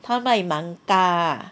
他买蛮大